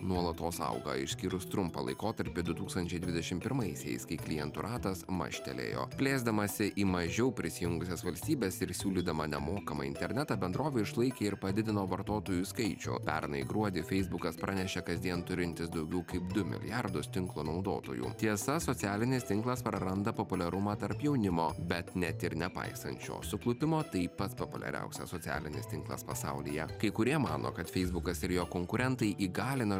nuolatos auga išskyrus trumpą laikotarpį du tūkstančiai dvidešim pirmaisiais kai klientų ratas mažtelėjo plėsdamasi į mažiau prisijungusias valstybes ir siūlydama nemokamą internetą bendrovė išlaikė ir padidino vartotojų skaičių o pernai gruodį feisbukas pranešė kasdien turintis daugiau kaip du milijardus tinklo naudotojų tiesa socialinis tinklas praranda populiarumą tarp jaunimo bet net ir nepaisant šio suklupimo tai pats populiariausias socialinis tinklas pasaulyje kai kurie mano kad feisbukas ir jo konkurentai įgalina